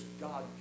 God